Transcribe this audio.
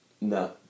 No